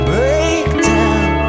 Breakdown